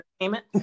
Entertainment